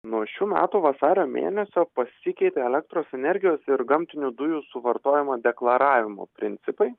nuo šių metų vasario mėnesio pasikeitė elektros energijos ir gamtinių dujų suvartojimo deklaravimo principai